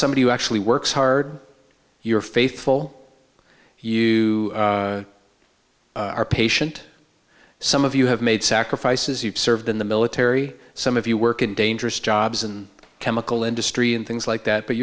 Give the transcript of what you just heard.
somebody who actually works hard you're faithful you are patient some of you have made sacrifices you've served in the military some of you work in dangerous jobs and chemical industry and things like that but